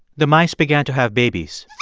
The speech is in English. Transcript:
the mice began to have babies